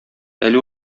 әле